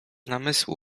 namysłu